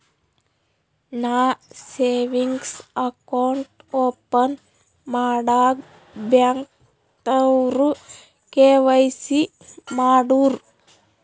ನಾ savings account open ಮಾಡಾಗ್ ಬ್ಯಾಂಕ್ದವ್ರು ಕೆ.ವೈ.ಸಿ ಮಾಡೂರು